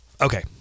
Okay